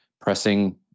pressing